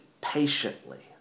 patiently